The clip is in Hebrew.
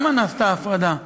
למה נעשתה ההפרדה?